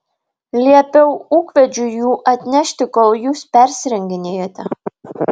liepiau ūkvedžiui jų atnešti kol jūs persirenginėjote